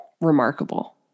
remarkable